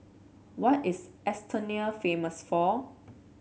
what is Estonia famous for